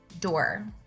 door